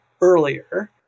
earlier